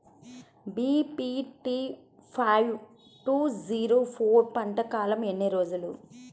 BPT five two zero four పంట కాలంలో ఎన్ని రోజులు?